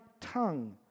tongue